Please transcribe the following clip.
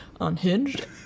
unhinged